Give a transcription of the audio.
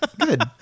good